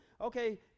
Okay